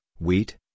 wheat